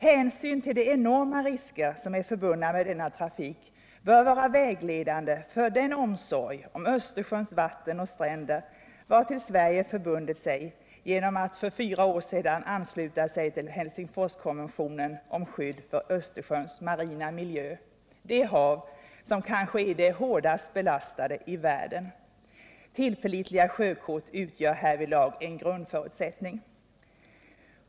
Hänsyn till de enorma risker som är förbundna med denna trafik bör vara vägledande för den omsorg om Östersjöns vatten och stränder som Sverige har förbundit sig till genom att för fyra år sedan ansluta sig till Helsingforskonventionen om skydd för Östersjöns marina miljö — det hav som kanske är det hårdast belastade i världen. Tillförlitliga sjökort utgör härvidlag en avgörande förutsättning.